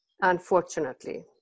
Unfortunately